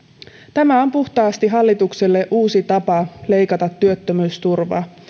tämä on hallitukselle puhtaasti uusi tapa leikata työttömyysturvaa